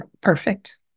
perfect